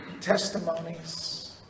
testimonies